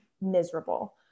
miserable